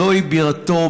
זוהי בירתו,